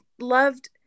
loved